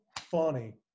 funny